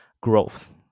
growth